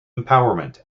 empowerment